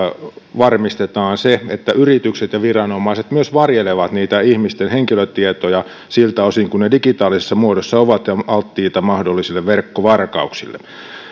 varmistetaan se että yritykset ja viranomaiset myös varjelevat niitä ihmisten henkilötietoja siltä osin kuin ne digitaalisessa muodossa ovat alttiita mahdollisille verkkovarkauksille tämä